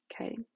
okay